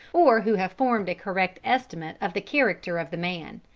or who have formed a correct estimate of the character of the man.